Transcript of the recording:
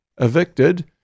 evicted